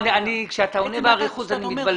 כשאתה עונה באריכות, אני מתבלבל.